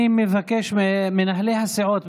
אני מבקש ממנהלי הסיעות.